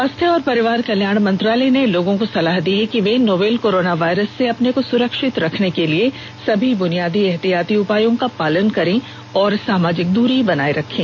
स्वास्थ्य और परिवार कल्याण मंत्रालय ने लोगों को सलाह दी है कि वे नोवल कोरोना वायरस से अपने को सुरक्षित रखने के लिए सभी बुनियादी एहतियाती उपायों का पालन करें और सामाजिक दूरी बनाए रखें